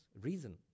reason